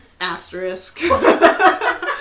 Asterisk